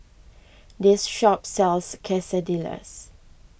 this shop sells Quesadillas